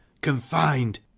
confined